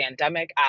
pandemic